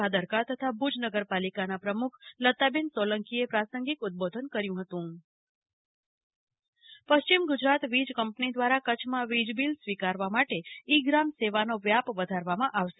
ભાદરકા તથા ભુજ નગર પાલિકાના પ્રમુખ લતાબેન સોલંકીએ પ્રાસંગિક ઉદબોધન કર્યું હતું કલ્પના શાહ્ વીજબીલ વ્યવસ્થા પશ્ચિમ ગુજરાત વીજ કંપની દ્વારા કચ્છમાં વીજ બીલ સ્વીકારવા માટે ઈ ગ્રામ સેવાનો વ્યાપ વધારવામાં આવશે